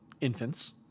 infants